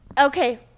Okay